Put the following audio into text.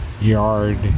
yard